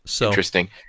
interesting